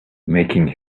making